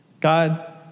God